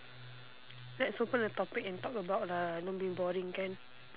let's open a topic and talk about lah don't be boring can